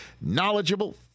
knowledgeable